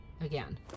again